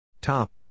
Top